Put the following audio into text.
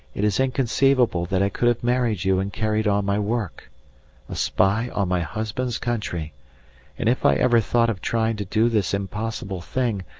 it is inconceivable that i could have married you and carried on my work a spy on my husband's country and if i ever thought of trying to do this impossible thing,